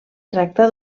tracta